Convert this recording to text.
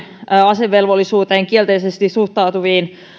asevelvollisuuteen kielteisesti suhtautuviin